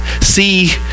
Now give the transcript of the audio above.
See